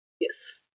Yes